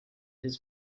his